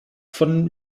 von